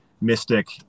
mystic